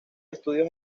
estudios